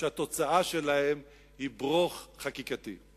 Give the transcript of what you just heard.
שהתוצאה שלהם היא "ברוך" חקיקתי.